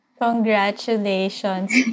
Congratulations